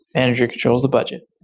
manage controls the budget.